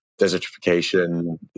desertification